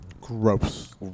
Gross